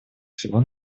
всего